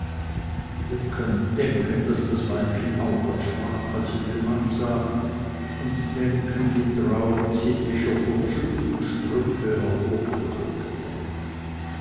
ihr könnt denken daß das weibchen auch erschrak als sie den mann sah und denken wie traurig sie die verschnürpften strümpfe